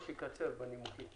זה לא החריגים האלה.